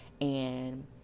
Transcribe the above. and-